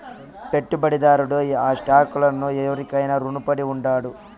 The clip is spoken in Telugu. పెట్టుబడిదారుడు ఆ స్టాక్ లను ఎవురికైనా రునపడి ఉండాడు